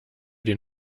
den